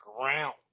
ground